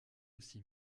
aussi